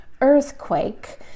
earthquake